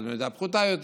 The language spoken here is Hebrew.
אחד במידה פחותה יותר,